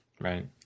Right